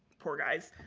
poor guys,